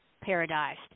paradise